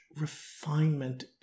refinement